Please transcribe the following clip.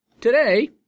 Today